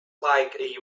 like